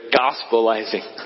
gospelizing